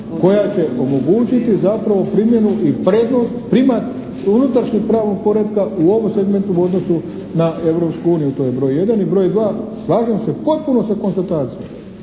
koja će omogućiti zapravo primjenu i prednost, primat unutrašnjeg pravnog poretka u ovom segmentu u odnosu na Europsku uniju, to je broj jedan. I broj dva, slažem se potpuno sa konstatacijom,